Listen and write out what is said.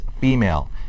female